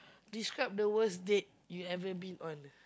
describe the worst date you ever been on